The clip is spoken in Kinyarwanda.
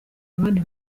abandi